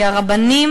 הרבנים